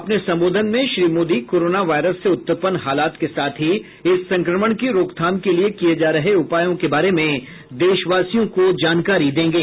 अपने संबोधन में श्री मोदी कोरोना वायरस से उत्पन्न हालात के साथ ही इस संक्रमण की रोकथाम के लिए किये जा रहे उपायों के बारे में देशवासियों को जानकारी देंगे